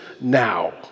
now